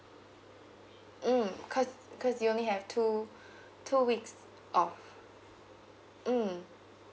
mm because because you only have two two weeks off mm